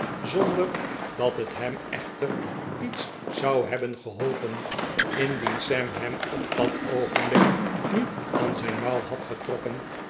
zonder dat het hem echter iets zou hebben geholpen indien sam hem op dat oogenblik niet aan zijn mouw had getrokken